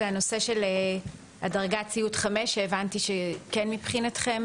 נושא דרגת ציון (5) שהבנתי שהוא כן נכנס מבחינתכם?